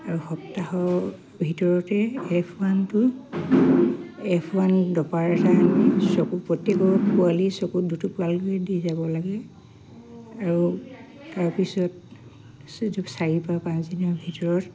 আৰু সপ্তাহৰ ভিতৰতে এফ ওৱানটো এফ ৱান দপাৰ এটা আমি চকু প্ৰত্যেকত পোৱালি চকু দুটাপালকে দি যাব লাগে আৰু তাৰপিছত য'ত চাৰি বা পাঁচদিনৰ ভিতৰত